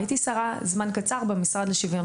הייתי שרה, למשך זמן קצר, במשרד לשוויון